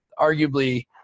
arguably